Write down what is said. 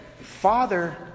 Father